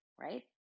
right